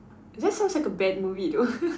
that sounds like a bad movie though